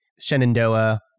Shenandoah